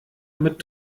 mit